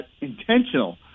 intentional